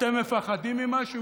אתם מפחדים ממשהו?